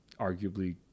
arguably